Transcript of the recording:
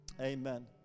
amen